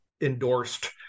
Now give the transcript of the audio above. endorsed